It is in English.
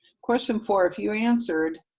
question four, if you answered.